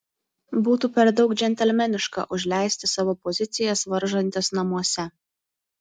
būtų per daug džentelmeniška užleisti savo pozicijas varžantis namuose